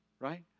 right